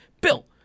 Bill